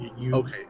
Okay